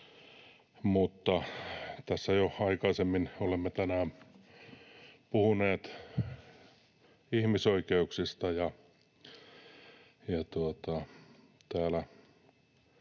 tässä jo aikaisemmin olemme tänään puhuneet ihmisoikeuksista,